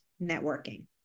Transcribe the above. networking